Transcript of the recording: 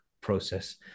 process